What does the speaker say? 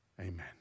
Amen